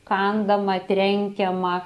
kandama trenkiama